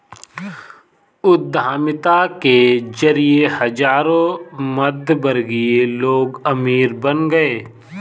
उद्यमिता के जरिए हजारों मध्यमवर्गीय लोग अमीर बन गए